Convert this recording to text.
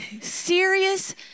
Serious